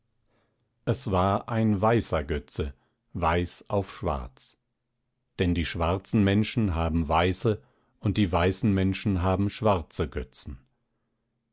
es war ein weißer götze weiß auf schwarz denn die schwarzen menschen haben weiße und die weißen menschen haben schwarze götzen